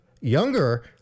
Younger